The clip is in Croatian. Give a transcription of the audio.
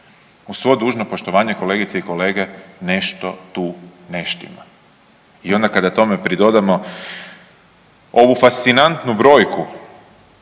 Uz svo dužno poštovanje, kolegice i kolege nešto tu ne štima. I onda kada tome pridodamo ovu fascinantnu brojku